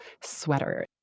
sweater